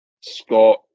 Scott